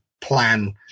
plan